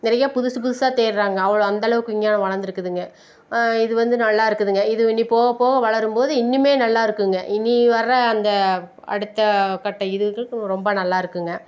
நிறையா புதுசு புதுசாக தேடுறாங்க அவ்வளோ அந்த அளவுக்கு விஞ்ஞானம் வளர்ந்திருக்குங்க இது வந்து நல்லா இருக்குதுங்க இது போக போக வளரும் போது இன்னுமே நல்லா இருக்குதுங்க இனி வர்ற அந்த அடுத்தக்கட்ட இதுகள் ரொம்ப நல்லா இருக்குங்க